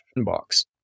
box